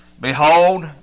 Behold